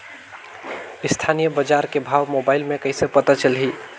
स्थानीय बजार के भाव मोबाइल मे कइसे पता चलही?